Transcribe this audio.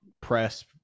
press